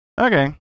Okay